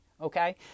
okay